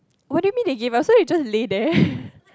what do you mean they gave us so you just lay there